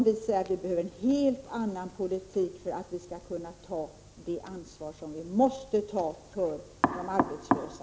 Vi behöver en helt annan politik för att vi skall kunna ta det ansvar som vi måste ta för de arbetslösa.